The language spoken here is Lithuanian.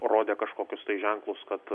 rodė kažkokius tai ženklus kad